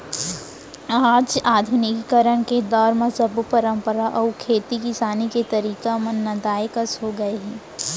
आज आधुनिकीकरन के दौर म सब्बो परंपरा अउ खेती किसानी के तरीका मन नंदाए कस हो गए हे